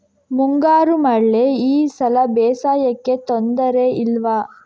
ಮುಂಗಾರು ಮಳೆ ಈ ಸಲ ಬೇಸಾಯಕ್ಕೆ ತೊಂದರೆ ಇಲ್ವ?